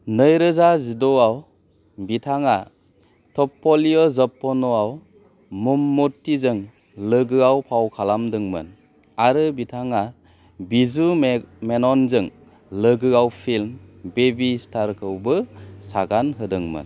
नैरोजा जिद' आव बिथाङा थप्फलिअ' जप्फन'आव मम्मुट्टीजों लोगोआव फाव खालामदोंमोन आरो बिथाङा बिजु मेननजों लोगोआव फिल्म बेबी स्टारखौबो सागान होदोंमोन